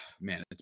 man